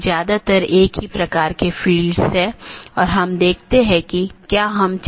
इसलिए जब ऐसी स्थिति का पता चलता है तो अधिसूचना संदेश पड़ोसी को भेज दिया जाता है